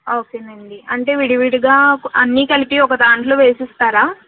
ఓకేనండి అంటే విడివిడిగా అన్నీ కలిపి ఒక దాంట్లో వేసిస్తారా